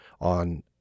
on